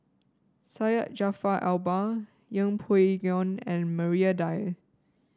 Syed Jaafar Albar Yeng Pway Ngon and Maria Dyer